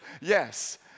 yes